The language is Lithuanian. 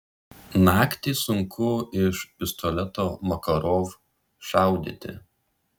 naktį sunku iš pistoleto makarov šaudyti